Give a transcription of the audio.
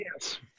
Yes